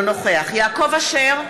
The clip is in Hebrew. יעקב אשר,